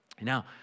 Now